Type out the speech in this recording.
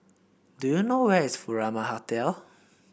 do you know where is Furama Hotel